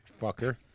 Fucker